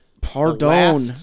Pardon